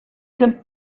can